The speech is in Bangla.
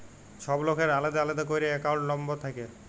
ছব লকের আলেদা আলেদা ক্যইরে একাউল্ট লম্বর থ্যাকে